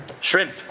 shrimp